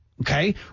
Okay